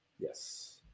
yes